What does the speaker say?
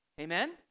Amen